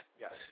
yes